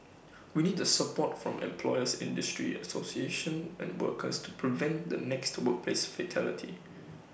we need the support from employers industry association and workers to prevent the next workplace fatality